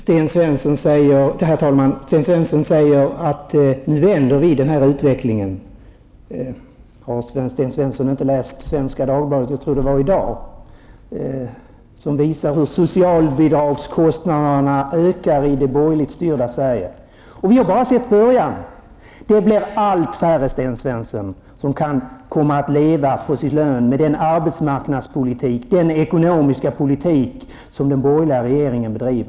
Herr talman! Sten Svensson säger att de borgerliga nu vänder denna utveckling. Har Sten Svensson inte läst Svenska Dagbladet, jag tror att det var i dag, där man visar hur socialbidragskostnaderna ökar i det borgerligt styrda Sverige. Och vi har bara sett början. Det blir allt färre, Sten Svensson, som kan leva på sin lön med den arbetsmarknadspolitik och den ekonomiska politik som den borgerliga regeringen bedriver.